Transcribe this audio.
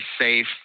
safe